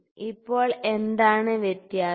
ഇപ്പോൾ എന്താണ് വ്യത്യാസം